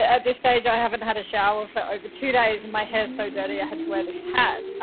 at this stage, i haven't had a shower for over two days. and my hair's so dirty i had to wear this hat.